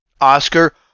Oscar